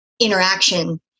interaction